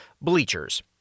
Bleachers